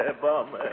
bum